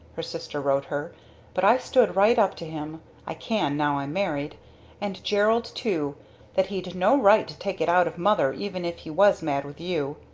her sister wrote her but i stood right up to him, i can now i'm married and gerald too that he'd no right to take it out of mother even if he was mad with you.